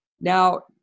Now